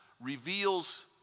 reveals